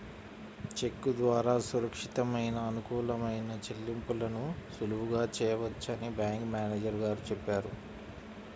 చెక్కు ద్వారా సురక్షితమైన, అనుకూలమైన చెల్లింపులను సులువుగా చేయవచ్చని బ్యాంకు మేనేజరు గారు చెప్పారు